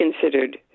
considered